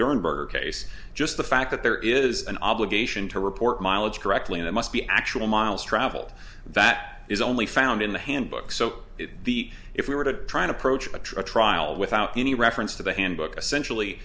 durenberger case just the fact that there is an obligation to report mileage correctly that must be actual miles traveled that is only found in the handbook so the if we were to try and approach a trial without any reference to the handbook essentially